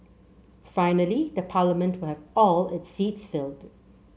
finally the Parliament will have all its seats filled